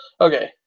Okay